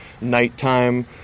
nighttime